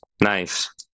nice